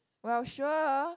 well sure